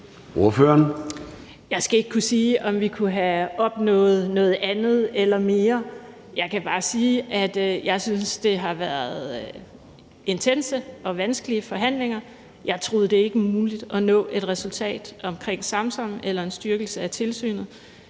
Jeg skal ikke kunne sige, om vi kunne have opnået noget andet eller mere. Jeg kan bare sige, at jeg synes, at det har været intense og vanskelige forhandlinger, og jeg troede det ikke muligt at nå et resultat omkring Samsam eller en styrkelse af tilsynet.